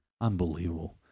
Unbelievable